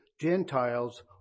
Gentiles